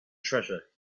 treasure